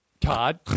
Todd